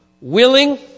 Willing